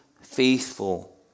faithful